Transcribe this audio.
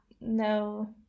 No